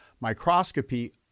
microscopy